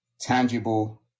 tangible